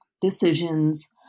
decisions